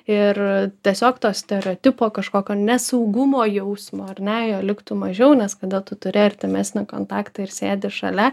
ir tiesiog to stereotipo kažkokio nesaugumo jausmo ar ne jo liktų mažiau nes kada tu turi artimesnį kontaktą ir sėdi šalia